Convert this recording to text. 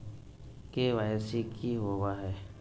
KYC की हॉबे हय?